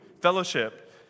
fellowship